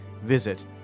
Visit